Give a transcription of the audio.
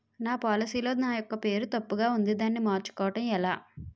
నా పోలసీ లో నా యెక్క పేరు తప్పు ఉంది దానిని మార్చు కోవటం ఎలా?